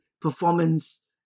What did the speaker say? performance